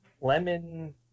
lemon